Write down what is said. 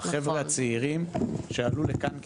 החבר'ה הצעירים שעלו לכאן כילדים,